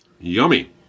yummy